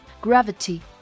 Gravity